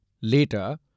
Later